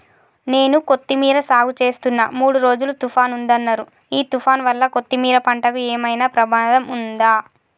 నేను కొత్తిమీర సాగుచేస్తున్న మూడు రోజులు తుఫాన్ ఉందన్నరు ఈ తుఫాన్ వల్ల కొత్తిమీర పంటకు ఏమైనా ప్రమాదం ఉందా?